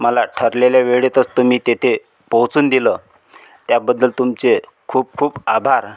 मला ठरलेल्या वेळेतच तुम्ही तेथे पोहचून दिलं त्याबद्दल तुमचे खूप खूप आभार